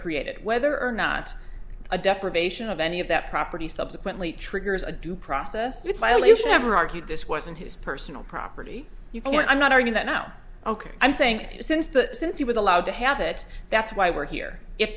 created whether or not a deprivation of any of that property subsequently triggers a due process rights violation ever argued this wasn't his personal property you can't i'm not arguing that now ok i'm saying since that since he was allowed to have it that's why we're here if